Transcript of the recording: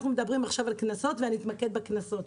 אנחנו מדברים עכשיו על קנסות, ואני אתמקד בקנסות.